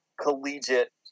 collegiate